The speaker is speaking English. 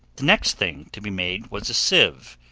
the next thing to be made was a sieve,